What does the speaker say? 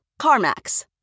CarMax